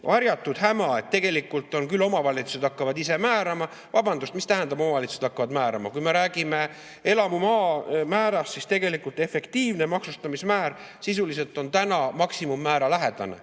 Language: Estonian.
varjatud häma, et tegelikult omavalitsused hakkavad ise määrama. Vabandust, mis tähendab, et omavalitsused hakkavad ise määrama? Kui me räägime elamumaa maksumäärast, siis tegelikult efektiivne maksustamismäär sisuliselt on täna maksimummäära lähedane,